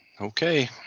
Okay